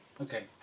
Okay